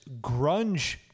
grunge